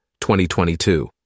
2022